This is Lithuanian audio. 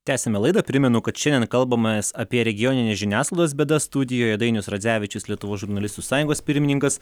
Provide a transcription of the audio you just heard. tęsiame laidą primenu kad šiandien kalbamės apie regioninės žiniasklaidos bėdas studijoje dainius radzevičius lietuvos žurnalistų sąjungos pirmininkas